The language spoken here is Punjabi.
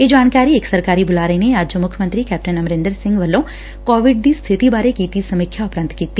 ਇਹ ਜਾਣਕਾਰੀ ਇਕ ਸਰਕਾਰੀ ਬੁਲਾਰੇ ਨੇ ਅੱਜ ਮੁੱਖ ਮੰਤਰੀ ਕੈਪਟਨ ਅਮਰਿੰਦਰ ਸਿੰਘ ਵਲੋਂ ਕੋਵਿਡ ਦੀ ਸਬਿਤੀ ਬਾਰੇ ਕੀਤੀ ਸਮੀਖਿਆ ਉਪਰੰਤ ਦਿੱਤੀ